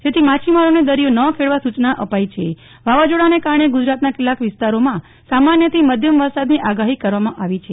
જેથી માછીમારોને દરિયો ન ખેડવા સુ ચના અપાઈ છે વાવાઝોડાને કારણે ગુજરાતના કેટલાક વિસ્તારોમાં સામાન્ય થી મધ્યમ વરસાદ ની આગાહી કરવામાં આવી છે